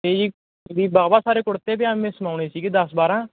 ਅਤੇ ਜੀ ਵੀ ਵਾਹਵਾ ਸਾਰੇ ਕੁੜਤੇ ਪਜਾਮੇ ਸਿਲੋਣੇ ਸੀਗੇ ਦਸ ਬਾਰ੍ਹਾਂ